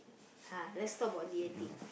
ah let's talk about D_and_D